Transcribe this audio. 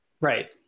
Right